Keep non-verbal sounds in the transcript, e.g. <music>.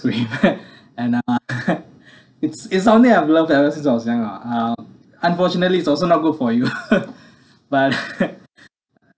cream <laughs> and uh <laughs> it's it's only I would loved ever since I was young lah uh unfortunately it's also not good for you <laughs> but <laughs>